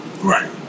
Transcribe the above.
Right